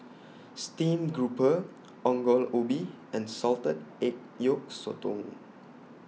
Steamed Grouper Ongol Ubi and Salted Egg Yolk Sotong